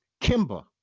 Kimba